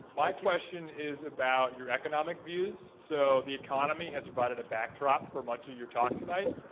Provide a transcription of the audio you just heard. my question is about your economic views, so, the economy has provided a backdrop for much of your talk tonight.